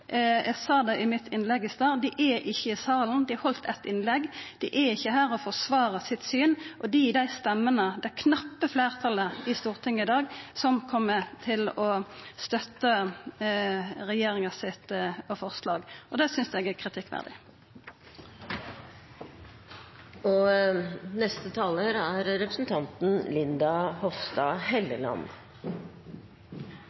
Eg sa det i mitt innlegg i stad, dei er ikkje i salen, dei har halde eitt innlegg, dei er ikkje her og forsvarar sitt syn, og dei er dei stemmene – det knappe fleirtalet – i Stortinget i dag som kjem til å støtta regjeringa sitt forslag. Det synest eg er kritikkverdig.